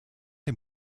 dem